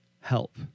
help